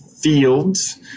fields